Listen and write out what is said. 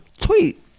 tweet